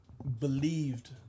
believed